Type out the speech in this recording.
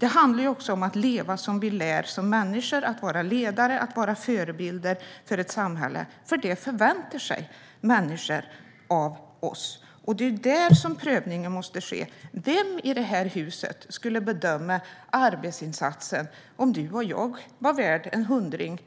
Det handlar också om att leva som vi lär som människor: att vara ledare och förebilder för ett samhälle, för det förväntar sig människor av oss. Det är där prövningen måste ske. Vem i detta hus skulle bedöma arbetsinsatsen, om du eller jag är värd en hundring